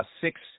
six